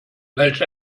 welch